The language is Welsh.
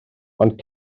ond